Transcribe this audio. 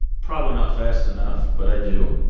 probably not fast enough. but i do.